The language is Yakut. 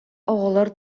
оҕолор